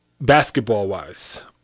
basketball-wise